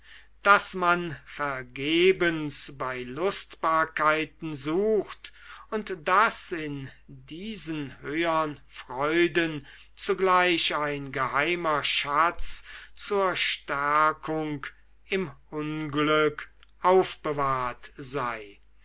das man vergebens bei lustbarkeiten sucht und daß in diesen höhern freuden zugleich ein geheimer schatz zur stärkung im unglück aufbewahrt sei